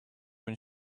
when